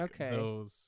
Okay